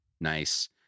Nice